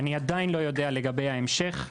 אני עדיין לא יודע לגבי ההמשך.